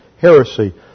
heresy